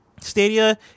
Stadia